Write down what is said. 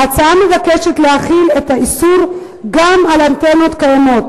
ההצעה מבקשת להחיל את האיסור גם על אנטנות קיימות